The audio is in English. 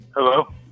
Hello